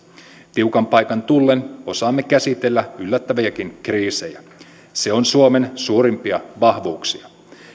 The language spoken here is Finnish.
tiukan paikan tullen osaamme käsitellä yllättäviäkin kriisejä se on suomen suurimpia vahvuuksia